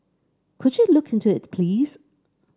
could you look into it please